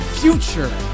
future